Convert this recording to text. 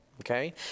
okay